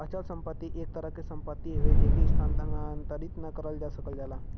अचल संपत्ति एक तरह क सम्पति हउवे जेके स्थानांतरित न करल जा सकल जाला